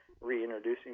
reintroducing